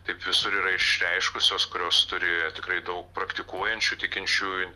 taip visur yra išreiškusios kurios turi tikrai daug praktikuojančių tikinčiųjų